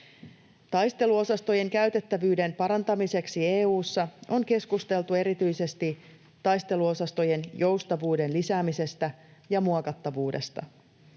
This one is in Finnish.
Taisteluosastojen käytettävyyden parantamiseksi EU:ssa on keskusteltu erityisesti taisteluosastojen joustavuuden lisäämisestä ja muokattavuudesta.